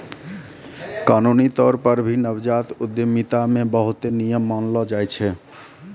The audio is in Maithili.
कानूनी तौर पर भी नवजात उद्यमिता मे बहुते नियम मानलो जाय छै